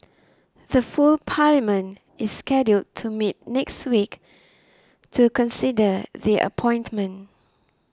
the full parliament is scheduled to meet next week to consider the appointment